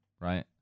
right